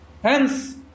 Hence